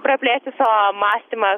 praplėsti savo mąstymą